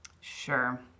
Sure